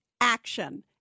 action